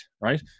right